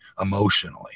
emotionally